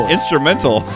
Instrumental